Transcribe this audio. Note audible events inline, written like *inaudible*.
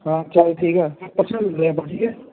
ਹਾਂ ਚੱਲ ਠੀਕ ਆ *unintelligible* ਪਰਸੋਂ ਮਿਲਦੇ ਆਪਾਂ ਠੀਕ ਹੈ